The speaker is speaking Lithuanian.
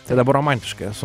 tai dabar romantiškai esu